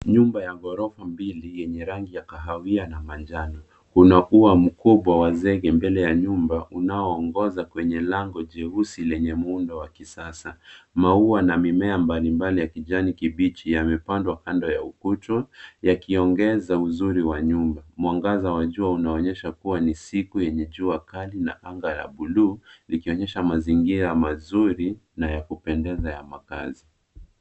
Nyumba ya ghorofa mbili yenye rangi ya kahawia na manjano . Una ua mkubwa wa zege mbele ya nyumba, unaoongoza kwenye lango jeusi lenye muundo wa kisasa. Maua na mimea mbali mbali ya kijani kibichi yamepandwa kando ya ukuta, yakiongeza uzuri wa nyumba, mwangaza wa jua unaonyesha kuwa ni siku yenye jua kali na anga ya buluu likionyesha mazingira mazuri na ya kupendeza ya makazi.